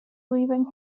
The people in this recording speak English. leaving